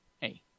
Hey